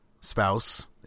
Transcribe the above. spouse